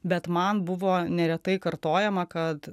bet man buvo neretai kartojama kad